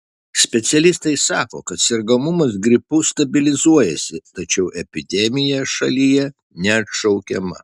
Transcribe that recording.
specialistai sako kad sergamumas gripu stabilizuojasi tačiau epidemija šalyje neatšaukiama